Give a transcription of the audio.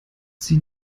sie